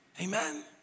Amen